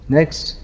Next